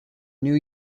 new